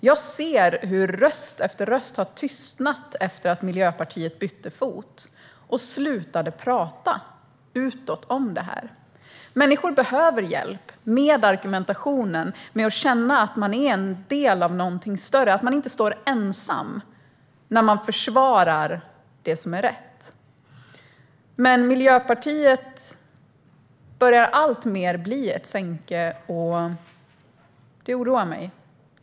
Jag ser hur röst efter röst har tystnat efter att Miljöpartiet bytte fot och slutade tala utåt om detta. Människor behöver hjälp med argumentationen och att känna att de är en del av någonting större och inte står ensamma när de försvarar det som är rätt. Miljöpartiet börjar alltmer bli ett sänke, och det oroar mig.